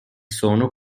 sono